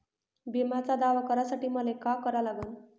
बिम्याचा दावा करा साठी मले का करा लागन?